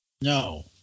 No